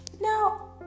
Now